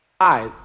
hi